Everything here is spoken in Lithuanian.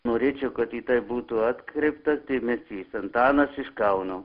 norėčiau kad į tai būtų atkreiptas dėmesys antanas iš kauno